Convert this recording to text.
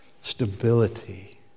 Stability